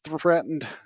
threatened